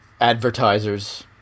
advertisers